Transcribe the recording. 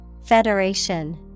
Federation